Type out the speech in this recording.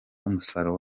umusaruro